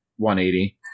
180